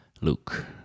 Luke